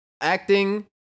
acting